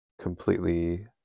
completely